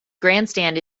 grandstand